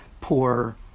poor